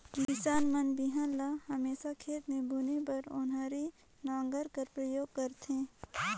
किसान मन बीहन ल हमेसा खेत मे बुने बर ओन्हारी नांगर कर परियोग करथे